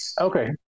Okay